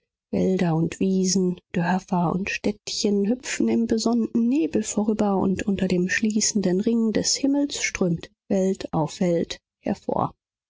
wälder und wiesen dörfer und städtchen hüpfen im besonnten nebel vorüber und unter dem schließenden ring des himmels strömt welt auf welt hervor